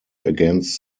against